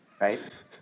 right